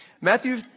Matthew